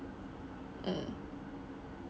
mm